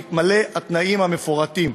בהתמלא התנאים המפורטים.